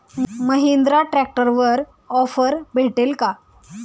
महिंद्रा ट्रॅक्टरवर ऑफर भेटेल का?